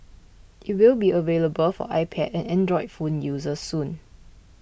it will be available for iPad and Android phone users soon